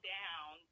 down